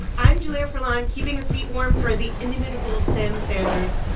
i'm julia furlan, keeping a seat warm for the inimitable sam sanders.